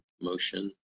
motion